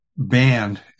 Banned